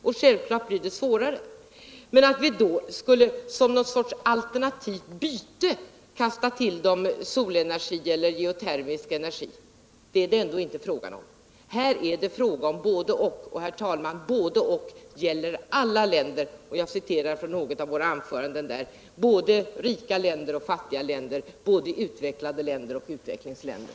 Men det är inte fråga om att vi då skulle som något slags alternativ i utbyte kasta till dem solenergi eller geotermisk energi. Här är det fråga om ett både-och, och det gäller för alla länder — eller som det uttrycktes i något av våra anföranden: Både rika länder och fattiga länder, både utvecklade länder och utvecklingsländer.